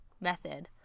method